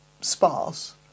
sparse